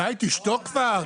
די, תשתוק כבר.